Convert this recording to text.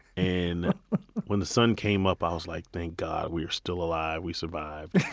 and when the sun came up, i was like, thank god, we are still alive. we survived.